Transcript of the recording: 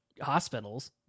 hospitals